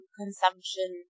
consumption